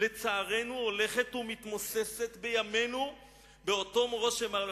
לצערנו הולכת ומתמוססת בימינו באותו "רושם מר".